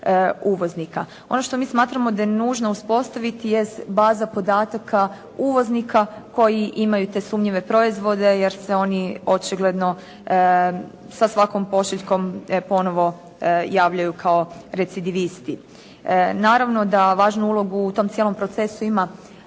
uvoznika. Ono što mi smatramo da je nužno uspostaviti jest baza podataka uvoznika koji imaju te sumnjive proizvode, jer se oni očigledno sa svakom pošiljkom ponovno javljaju kao recidivisti. Naravno da važnu ulogu u tom cijelom procesu ima